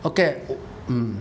okay mm